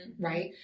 right